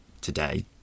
today